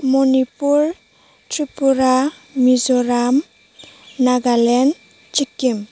Manipur Tripura Mizoram Nagaland Sikkim